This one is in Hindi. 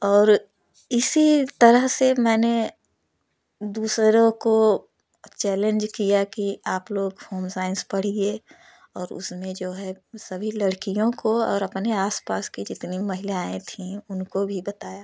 और इसी तरह से मैंने दूसरों को चैलेंज किया कि आप लोग होमसाइंस पढ़िए और उसमें जो है सभी लड़कियों को और अपने आसपास की जितनी महिलाएं थी उनको भी बताया